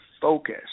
focus